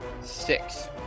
six